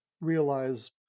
realize